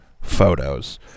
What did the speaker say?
photos